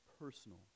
personal